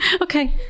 Okay